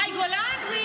מאי גולן?